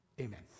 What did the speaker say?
Amen